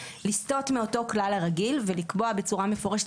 לסטות מאותו כלל הרגיל ולקבוע בצורה מפורשת,